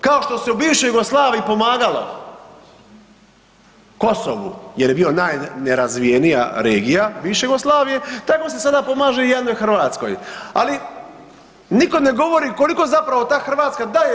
Kao što se u bivšoj Jugoslaviji pomagalo Kosovu jer je bio najnerazvijenija regija bivše Jugoslavije tako se sada i pomaže jadnoj Hrvatskoj, ali nitko ne govori koliko zapravo ta Hrvatska daje EU.